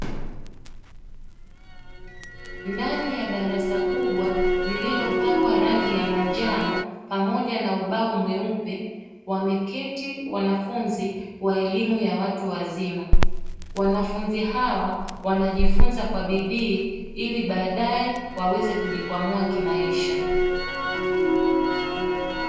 Ndani ya darasa kubwa lililopakwa rangi ya manjano pamoja na ubao mweupe wameketi wanafunzi wa elimu ya watu wazima, wanafunzi hawa wanajifunza kwa bidii ili baadae waweze kujikwamua kimaisha.